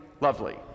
lovely